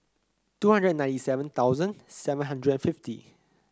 two hundred and ninety seven thousand seven hundred and fifty